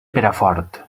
perafort